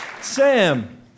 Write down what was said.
Sam